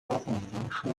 residential